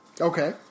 Okay